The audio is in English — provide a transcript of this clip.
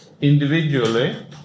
individually